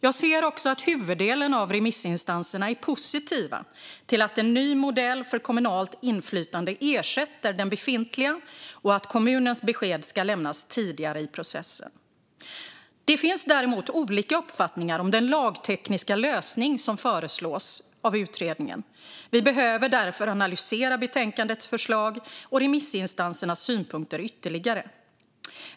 Jag ser också att huvuddelen av remissinstanserna är positiva till att en ny modell för kommunalt inflytande ska ersätta den befintliga och att kommunens besked ska lämnas tidigare i processen. Det finns däremot olika uppfattningar om den lagtekniska lösning som föreslås av utredningen. Vi behöver därför analysera utredningens förslag i betänkandet och remissinstansernas synpunkter ytterligare.